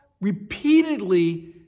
repeatedly